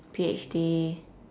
P_H_D